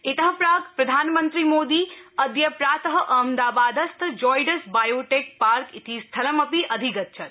इत प्राक् प्रधानमन्त्री मोदी अद्य प्रात अहमदाबादस्थ जाइडस् बायोटेक पार्क इति स्थलमपि अधिगच्छत्